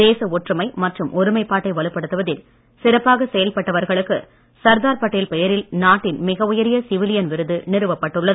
தேச ஒற்றுமை மற்றும் ஒருமைப்பாட்டை வலுப்படுத்துவதில் சிறப்பாக செயல்பட்டவர்களுக்கு சர்தார் பட்டேல் பெயரில் நாட்டின் மிக உயரிய சிவிலியன் விருது நிறுவப்பட்டுள்ளது